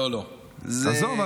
עזוב,